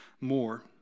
more